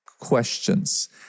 questions